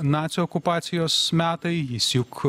nacių okupacijos metai jis juk